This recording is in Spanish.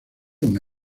una